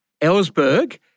Ellsberg